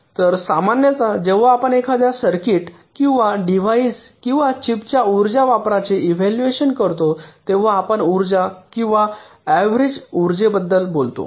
तर सामान्यत जेव्हा आपण एखाद्या सर्किट किंवा डिव्हाइस किंवा चिपच्या उर्जा वापराचे इव्हॅल्युएशन करतो तेव्हा आपण उर्जा किंवा अव्हरेज उर्जाबद्दल बोलतो